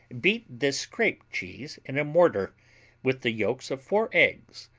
beat this scraped cheese in a mortar with the yolks of four eggs,